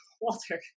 Walter